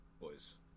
boys